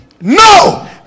No